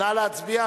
נא להצביע.